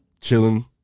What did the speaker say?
chilling